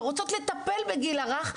שרוצות לטפל בגיל הרך,